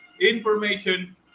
information